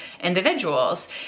individuals